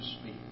speak